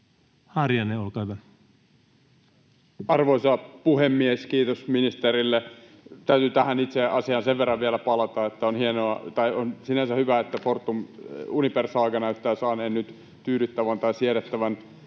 17:35 Content: Arvoisa puhemies! Kiitos ministerille. Täytyy tähän itse asiaan sen verran vielä palata, että on sinänsä hyvä, että Fortum-Uniper-saaga näyttää saaneen nyt tyydyttävän tai siedettävän